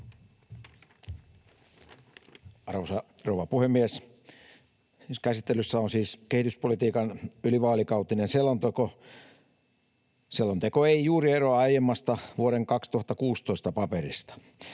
Arvoisa rouva puhemies! Käsittelyssä on siis kehityspolitiikan ylivaalikautinen selonteko. Selonteko ei juuri eroa aiemmasta, vuoden 2016 paperista.